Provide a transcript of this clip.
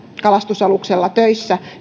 kalastusaluksella töissä